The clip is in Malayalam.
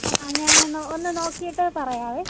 ആ ഞാൻ ഒന്ന് ഒന്ന് നോക്കിയിട്ട് പറയാമേ